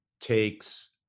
takes